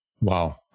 Wow